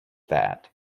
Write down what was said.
that